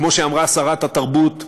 כמו שאמרה שרת התרבות,